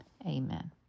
Amen